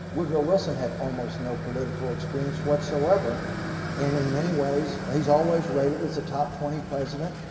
woodrow wilson had almost no political experience whatsoever and in many ways he's always rated at the top twenty president.